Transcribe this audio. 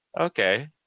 Okay